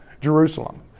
Jerusalem